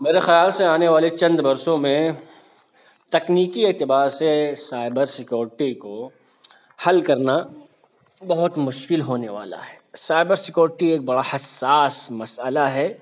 میرے خیال سے آنے والے چند برسوں میں تکنیکی اعتبار سے سائبر سیکورٹی کو حل کرنا بہت مشکل ہونے والا ہے سائبر سیکورٹی ایک بڑا حسساس مسٔلہ ہے